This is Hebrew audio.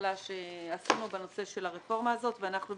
בהתחלה שעשינו בנושא של הרפורמה הזאת ואנחנו,